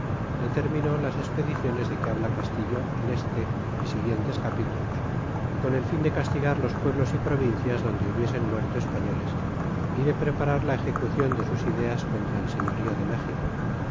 determinó las espediciones de que habla castillo en este y siguientes capitalos con el fin de castigar los pueblos y provincias donde hubiesen muerto españoles y de preparar la ejecucion de sus ideaa contra el sefiorio de méjico